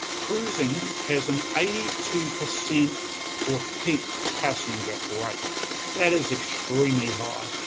cruising has an eighty two percent repeat-passenger rate, that is extremely high.